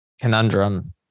conundrum